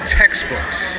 textbooks